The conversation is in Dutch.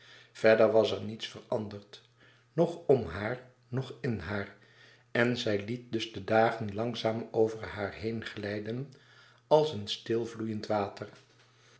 verder was er niets veranderd noch om haar noch in haar en zij liet dus de dagen langzaam over zich heenglijden als een stil vloeiend water